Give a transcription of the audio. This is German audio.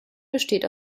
besteht